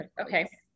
Okay